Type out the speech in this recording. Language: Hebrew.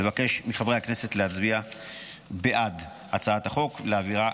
אבקש מחברי הכנסת להצביע בעד הצעת החוק ולהעבירה